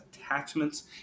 attachments